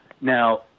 Now